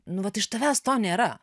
nu vat iš tavęs to nėra